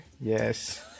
Yes